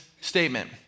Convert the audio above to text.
statement